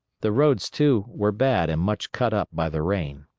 the roads, too, were bad and much cut up by the rain.